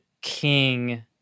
king